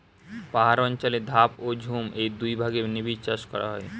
পাহাড় অঞ্চলে ধাপ ও ঝুম এই দুই ভাগে নিবিড় চাষ করা হয়